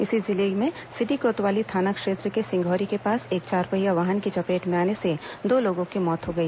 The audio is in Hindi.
इसी जिले में सिटी कोतवाली थाना क्षेत्र के सिंधौरी के पास एक चारपहिया वाहन की चपेट में आने से दो लोगों की मौत हो गई